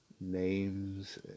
names